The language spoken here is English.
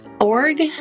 Org